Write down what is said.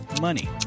money